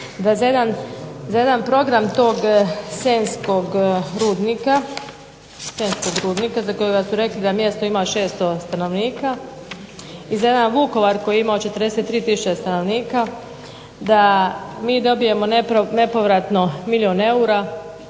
za jedan program tog Senjskog Rudnika za kojega su rekli da mjesto ima 600 stanovnika i za jedan Vukovar koji je imao 43 tisuće stanovnika da mi dobijemo nepovratno milijun eura,